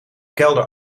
kelder